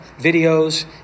videos